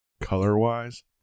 Color-wise